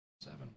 seven